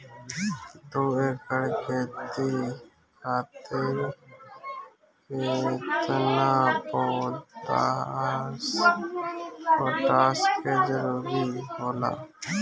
दु एकड़ खेती खातिर केतना पोटाश के जरूरी होला?